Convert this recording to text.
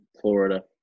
Florida